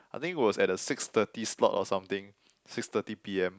I think it was at the six thirty slot or something six thirty p_m